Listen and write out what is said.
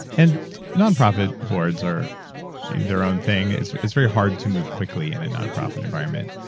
and nonprofit boards are their own thing. it's it's very hard to move quickly in a nonprofit environment.